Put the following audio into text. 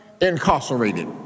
incarcerated